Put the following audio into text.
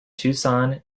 tucson